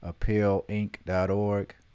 appealinc.org